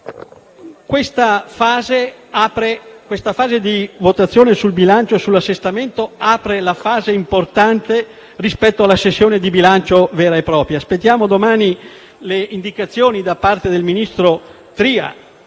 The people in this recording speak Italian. Questa fase di votazione sul bilancio e sull'assestamento apre la fase importante della sessione di bilancio vera e propria. Aspettiamo domani le indicazioni del ministro Tria,